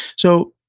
so,